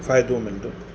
फ़ाइदो मिलंदो